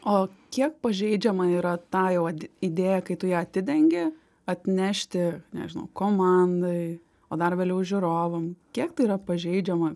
o kiek pažeidžiama yra ta jau idėja kai tu ją atidengi atnešti nežinau komandai o dar vėliau žiūrovam kiek tai yra pažeidžiama